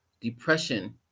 depression